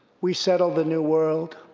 we settled the new world,